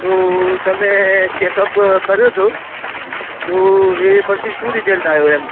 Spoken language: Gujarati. તો તમે ચેકઅપ કર્યો તો તો એ પછી શું રિઝલ્ટ આવ્યું એમ